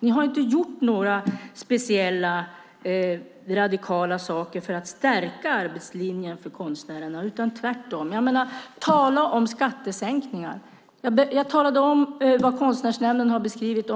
Ni har inte gjort några speciella radikala saker för att stärka arbetslinjen för konstnärerna, tvärtom. Tala om skattesänkningar! Jag talade om vad Konstnärsnämnden har beskrivit.